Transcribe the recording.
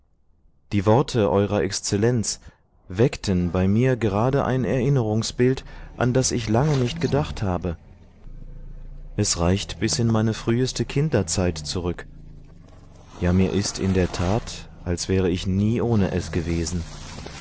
die worte eurer exzellenz weckten bei mir gerade ein erinnerungsbild an das ich lange nicht gedacht habe es reicht bis in meine früheste kinderzett zurück ja mir ist in der tat als wäre ich nie ohne es gewesen